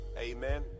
Amen